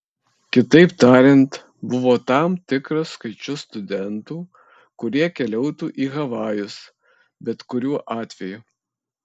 kitaip tariant buvo tam tikras skaičius studentų kurie keliautų į havajus bet kuriuo atveju